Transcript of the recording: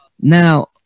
Now